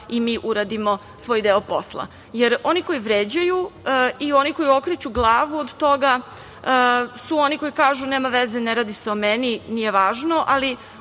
i mi uradimo svoj deo posla. Jer, oni koji vređaju i oni koji okreću glavu od toga su oni koji kažu – nema veze, ne radi se o meni, nije važno, ali